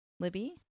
Libby